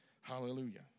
Hallelujah